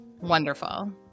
wonderful